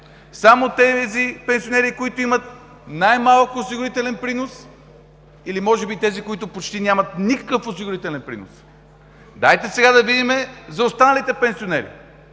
само тези пенсионери, които имат най-малко осигурителен принос, или може би тези, които почти нямат никакъв осигурителен принос. Дайте сега да видим за останалите пенсионери!